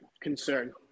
concern